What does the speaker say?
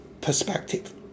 perspective